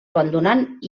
abandonant